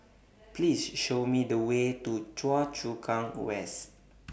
Please Show Me The Way to Choa Chu Kang West